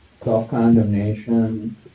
self-condemnation